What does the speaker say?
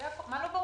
מה לא ברור?